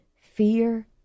Fear